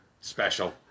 special